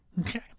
Okay